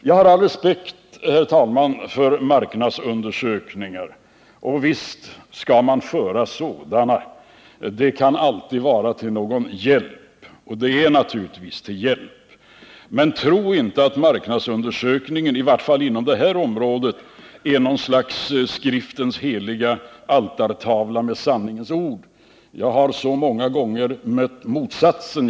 Jag har all respekt, herr talman, för marknadsundersökningar. Visst skall man göra sådana. De är naturligtvis till hjälp. Men jag tror inte att marknadsundersökningar — i vart fall inte inom det här området — är något slags Skriftens heliga altartavla med sanningens ord. Jag har så många gånger upplevt motsatsen.